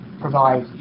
provide